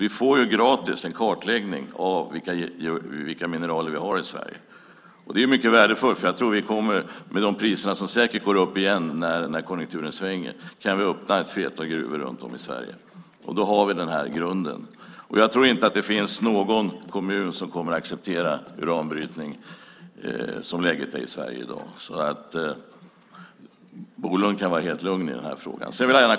Vi får gratis en kartläggning av vilka mineraler vi har i Sverige. Det är mycket värdefullt, för då kan vi när priserna går upp igen när konjunkturen svänger öppna ett flertal gruvor runt om i Sverige. Då har vi denna grund. Jag tror inte att någon kommun kommer att acceptera uranbrytning som läget är i Sverige i dag, så Per Bolund kan vara helt lugn i den frågan.